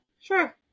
Sure